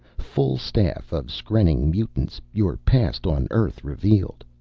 full staff of skrenning mutants! your past on earth revealed!